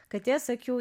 katės akių